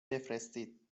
بفرستید